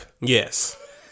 Yes